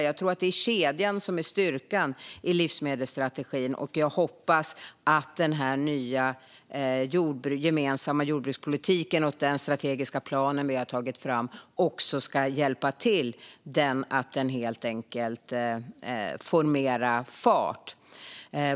Jag tror att det är kedjan som är styrkan i livsmedelsstrategin, och jag hoppas att den nya gemensamma jordbrukspolitiken och den strategiska plan som vi har tagit fram också ska hjälpa till så att den helt enkelt får mer fart.